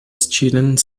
student